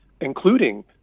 including